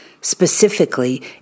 specifically